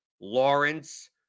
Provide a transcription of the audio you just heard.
Lawrence